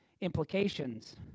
implications